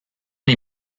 les